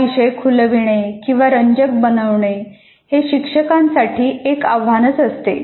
हा विषय खुलवणे किंवा रंजक बनवणे हे शिक्षकांसाठी एक आव्हानच असते